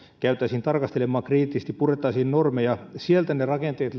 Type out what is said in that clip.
käytäisiin tarkastelemaan kriittisesti ja purettaisiin normeja sieltä löytyvät ne rakenteet